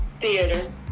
Theater